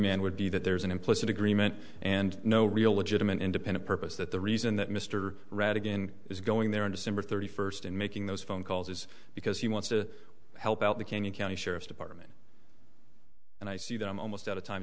remand would be that there's an implicit agreement and no real legitimate independent purpose that the reason that mr rattigan is going there in december thirty first and making those phone calls is because he wants to help out the kenyan county sheriff's department and i see them almost at a time